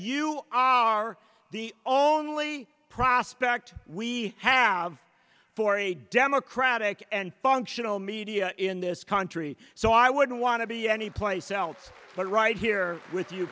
you are the only prospect we have for a democratic and functional media in this country so i wouldn't want to be anyplace else but right here with you